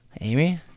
Amy